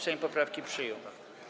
Sejm poprawki przyjął.